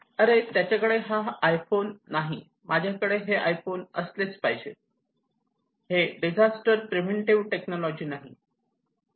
अरे त्याच्याकडे हा आयफोन नाही माझ्याकडे हे आयफोन असले पाहिजेत हे डिझास्टर प्रिव्हेंटिव्ह टेक्नॉलॉजी नाही